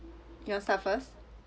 you wanna start first